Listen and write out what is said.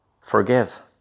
Forgive